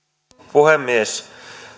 puhemies